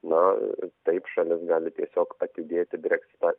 na taip šalis gali tiesiog atidėti breksitą